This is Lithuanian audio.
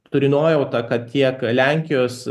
turiu nuojautą kad tiek lenkijos